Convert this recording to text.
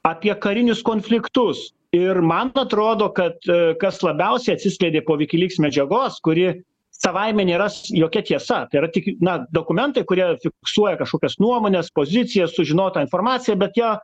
apie karinius konfliktus ir man atrodo kad kas labiausiai atsiskleidė po wikileaks medžiagos kuri savaime nėra jokia tiesa tai yra tik na dokumentai kurie fiksuoja kažkokias nuomones poziciją sužinotą informaciją bet ją